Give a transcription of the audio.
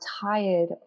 tired